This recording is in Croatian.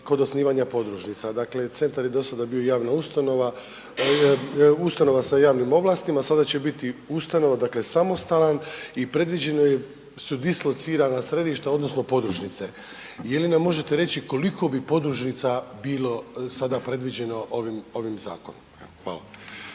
kod osnivanja podružnica. Dakle, centar je dosada bio javna ustanova, ustanova sa javnim ovlastima, sada će biti ustanova, dakle samostalan i predviđeno je su dislocirana središta odnosno podružnice. Je li nam možete reći koliko bi podružnica bilo sada predviđeno ovim zakonom? Evo,